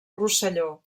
rosselló